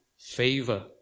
favor